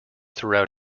throughout